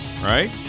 right